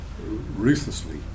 ruthlessly